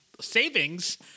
savings